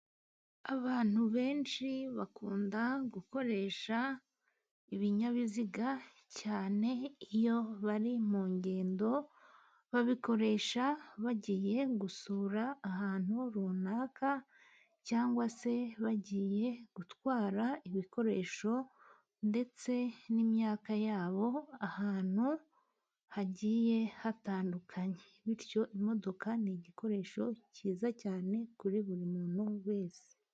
Abantu benshi bakunda gukoresha ibinyabiziga cyane iyo bari mu ngendo, babikoresha bagiye gusura ahantu runaka, cyangwa se bagiye gutwara ibikoresho, ndetse n'imyaka yabo ahantu hagiye hatandukanye. Bityo imodoka ni igikoresho cyiza cyane kuri buri muntu wese.